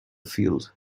field